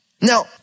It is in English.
Now